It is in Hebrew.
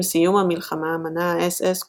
עם סיום המלחמה מנה האס־אס כולו,